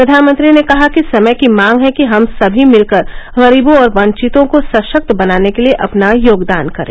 प्रधानमंत्री ने कहा कि समय की मांग है कि हम सभी भिलकर गरीबों और वंचितों को सशक्त बनाने के लिए अपना योगदान करें